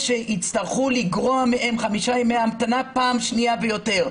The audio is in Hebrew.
שיצטרכו לגרוע מהם חמישה ימי המתנה פעם שנייה ויותר.